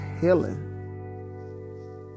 healing